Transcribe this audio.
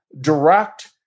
direct